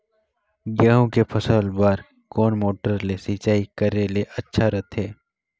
गहूं के फसल बार कोन मोटर ले सिंचाई करे ले अच्छा रथे?